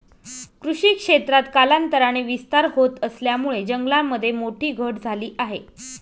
कृषी क्षेत्रात कालांतराने विस्तार होत असल्यामुळे जंगलामध्ये मोठी घट झाली आहे